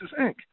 Inc